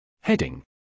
Heading